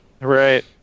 Right